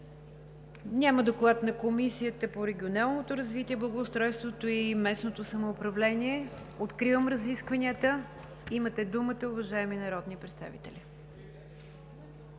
Няма Доклад на Комисията по регионална политика, благоустройство и местно самоуправление. Откривам разискванията. Имате думата, уважаеми народни представители.